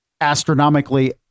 astronomically